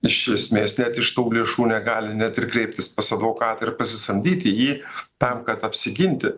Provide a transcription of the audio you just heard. iš esmės net iš tų lėšų negali net ir kreiptis pas advokatą ir pasisamdyti jį tam kad apsiginti